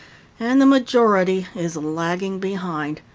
and the majority is lagging behind,